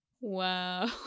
Wow